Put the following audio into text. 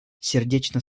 сердечно